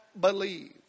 believe